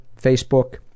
Facebook